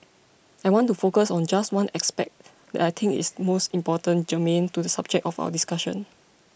I want to focus on just one aspect that I think is most germane to the subject of our discussion